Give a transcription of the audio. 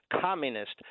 Communist